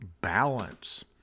balance